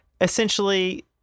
Essentially